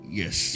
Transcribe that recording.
yes